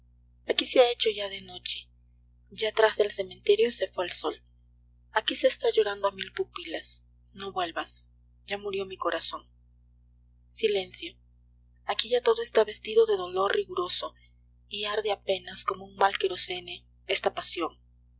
aqni se ha hecho ya de noche ya tras del cementerio se fue el sol aquí se está llorando a mil pupilas no vuelvas ya murió mi corazón silencio aquí ya todo está vestido de dolor riguroso y arde apenas como un mal kerosene esta pasión